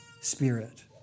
spirit